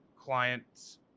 client's